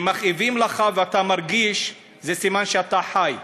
אם מכאיבים לך ואתה מרגיש, זה סימן שאתה חי.